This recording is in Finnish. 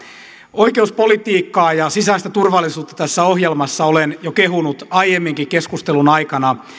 oikeuspolitiikkaa ja sisäistä turvallisuutta tässä ohjelmassa olen jo kehunut aiemminkin keskustelun aikana